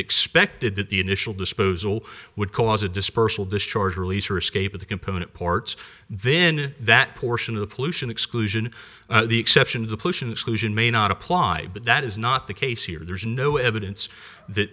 expected that the initial disposal would cause a dispersal discharge release or escape of the component parts then that portion of the pollution exclusion the exception of the pollution exclusion may not apply but that is not the case here there's no evidence that